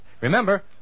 Remember